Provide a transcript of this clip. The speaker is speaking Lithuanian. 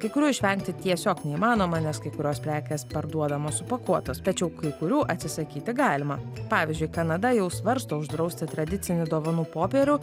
kai kurių išvengti tiesiog neįmanoma nes kai kurios prekės parduodamos supakuotos tačiau kai kurių atsisakyti galima pavyzdžiui kanada jau svarsto uždrausti tradicinį dovanų popierių